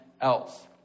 else